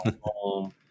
home